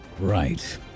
Right